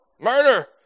murder